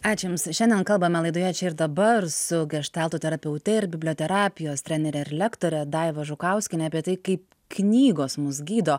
ačiū jums šiandien kalbame laidoje čia ir dabar su geštalto terapeute ir biblioterapijos trenere ir lektore daiva žukauskiene apie tai kaip knygos mus gydo